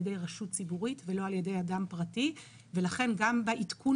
ידי רשות ציבורית ולא על ידי אדם פרטי ולכן גם בעידכון